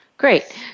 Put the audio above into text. Great